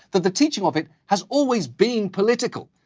that the teaching of it has always been political.